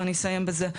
ואני אסיים בזה,